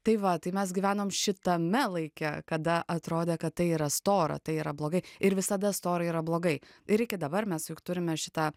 tai va tai mes gyvenom šitame laike kada atrodė kad tai yra stora tai yra blogai ir visada stora yra blogai ir iki dabar mes juk turime šitą